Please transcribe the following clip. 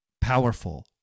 powerful